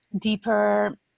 deeper